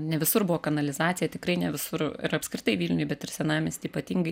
ne visur buvo kanalizacija tikrai ne visur ir apskritai vilniuj bet ir senamiesty ypatingai